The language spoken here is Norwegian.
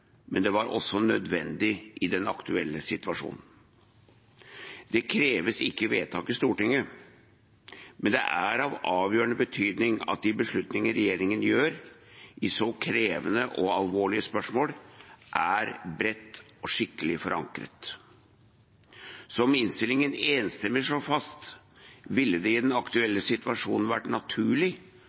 men det var også nødvendig i den aktuelle situasjonen. Det kreves ikke vedtak i Stortinget, men det er av avgjørende betydning at de beslutninger regjeringen gjør i så krevende og alvorlige spørsmål, er bredt og skikkelig forankret. Som innstillingen enstemmig slår fast, ville det i den aktuelle situasjonen vært naturlig